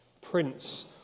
Prince